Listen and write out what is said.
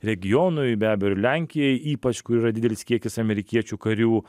regionui be abejo ir lenkijai ypač kur yra didelis kiekis amerikiečių karių